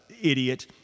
idiot